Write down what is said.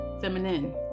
Feminine